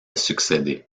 succédé